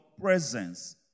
presence